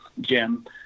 Jim